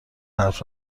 حرف